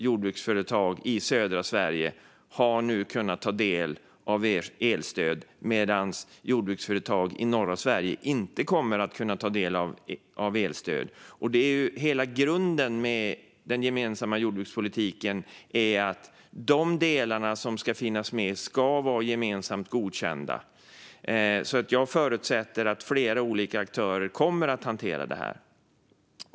Jordbruksföretag i södra Sverige har nu kunnat ta del av elstöd medan jordbruksföretag i norra Sverige inte kommer att kunna ta del av det. Grunden i den gemensamma jordbrukspolitiken är att de delar som ska finnas med ska vara gemensamt godkända. Jag förutsätter att flera olika aktörer kommer att hantera detta.